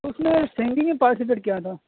تو اس میں سنگنگ میں پارٹیسپیٹ کیا تھا